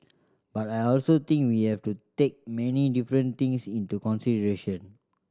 but I also think we have to take many different things into consideration